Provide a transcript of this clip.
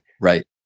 Right